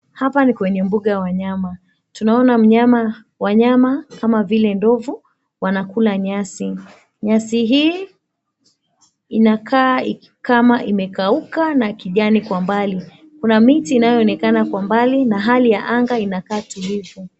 Hapa ni kwenye mbuga ya wanyama . Tunaona mnyama wanyama kama vile ndovu wanakula nyasi. Nyasi hii inakaa kama imekauka na kijani kwa mbali. Kuna miti inayoonekana kwa umbali na hali ya anga inakaa tulivu.